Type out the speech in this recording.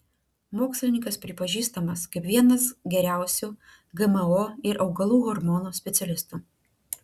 mokslininkas pripažįstamas kaip vienas geriausių gmo ir augalų hormonų specialistų